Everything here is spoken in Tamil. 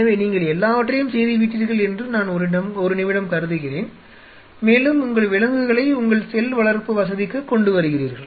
எனவே நீங்கள் எல்லாவற்றையும் செய்துவிட்டீர்கள் என்று நான் ஒரு நிமிடம் கருதுகிறேன் மேலும் உங்கள் விலங்குகளை உங்கள் செல் வளர்ப்பு வசதிக்கு கொண்டு வருகிறீர்கள்